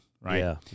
right